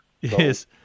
Yes